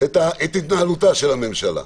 את התנהלותה של הממשלה.